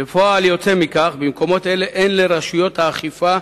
כפועל יוצא מכך אין במקומות אלה סמכות לרשויות האכיפה,